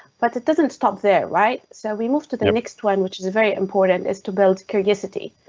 but it doesn't stop there, right? so we move to the next one, which is very important is to build curiosity.